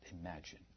imagine